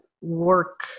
work